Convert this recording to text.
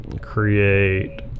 create